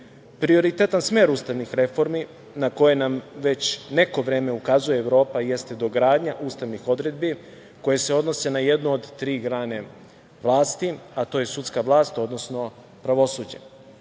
Prioritetan smer ustavnih reformi na koje nam već neko vreme ukazuje Evropa, jeste dogradnja ustavnih odredbi koje se odnose na jednu od tri grane vlasti, a to je sudska vlast, odnosno pravosuđe. Drugi,